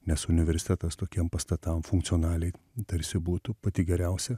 nes universitetas tokiem pastatam funkcionaliai tarsi būtų pati geriausia